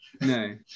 no